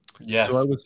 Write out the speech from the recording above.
Yes